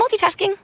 multitasking